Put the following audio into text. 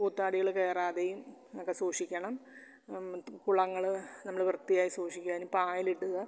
കൂത്താടികൾ കയറാതെയും ഒക്കെ സൂക്ഷിക്കണം കുളങ്ങൾ നമ്മൾ വൃത്തിയായി സൂക്ഷിക്കുക അതിന് പായലിടുക